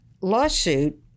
lawsuit